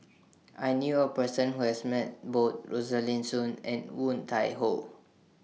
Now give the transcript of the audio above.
I knew A Person Who has Met Both Rosaline Soon and Woon Tai Ho